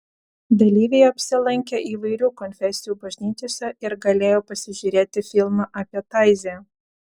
dalyviai apsilankė įvairių konfesijų bažnyčiose ir galėjo pasižiūrėti filmą apie taizė